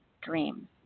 dream